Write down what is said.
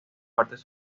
partes